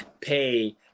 pay